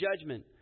judgment